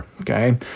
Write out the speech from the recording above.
okay